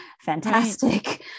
fantastic